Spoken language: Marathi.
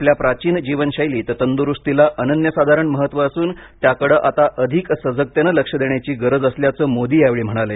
आपल्या प्राचीन जीवनशैलीत तंदुरूस्तीला अनन्यसाधारण महत्त्व असून त्याकडे आता अधिक सजगतेनं लक्ष देण्याची गरज असल्याचं मोदी यावेळी म्हणाले